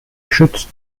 schützt